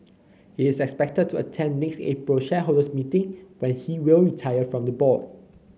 he is expected to attend next April's shareholders meeting but he will retire from the board